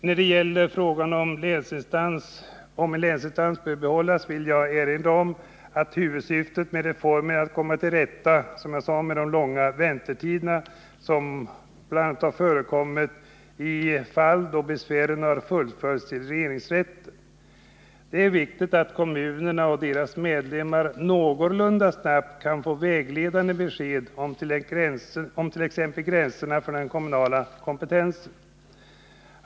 När det gäller frågan om en länsinstans bör behållas vill jag erinra om att huvudsyftet med reformen är att komma till rätta med de mycket långa väntetider som ibland har förekommit i de fall där besvären har fullföljts till regeringsrätten. Det är viktigt att kommunerna och deras medlemmar någorlunda snabbt kan få vägledande besked om t.ex. gränserna för den kommunala kompetensen.